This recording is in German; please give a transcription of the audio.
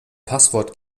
passwort